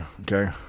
Okay